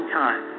time